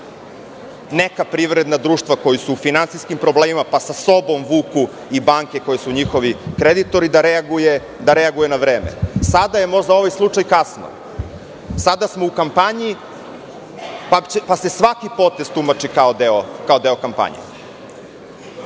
neka privredna društva koja su u finansijskim problemima, pa sa sobom vuku i banke koji su njihovi kreditori, da reaguje na vreme. Sada možda za ovaj slučaj kasno. Sada smo u kampanji pa se svaki potez tumači kao deo kampanje.